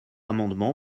amendement